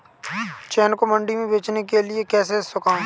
चने को मंडी में बेचने के लिए कैसे सुखाएँ?